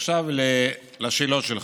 ועכשיו לשאלות שלך.